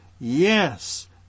Yes